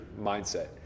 mindset